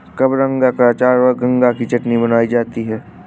कबरंगा का अचार और गंगा की चटनी बनाई जाती है